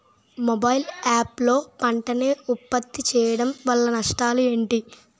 Mobile app లో పంట నే ఉప్పత్తి చేయడం వల్ల నష్టాలు ఏంటి?